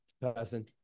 person